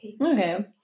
Okay